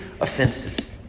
offenses